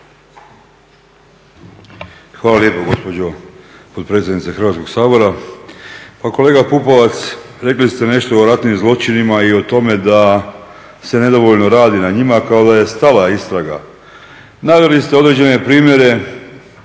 Hvala lijepo gospođo potpredsjednice Hrvatskog sabora. Pa kolega Pupovac, rekli ste nešto o ratnim zločinima i o tome da se nedovoljno radi na njima kao da je stala istraga. Naveli ste određene primjere